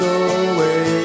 away